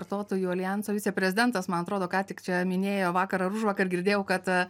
vartotojų aljanso viceprezidentas man atrodo ką tik čia minėjo vakar ar užvakar girdėjau kad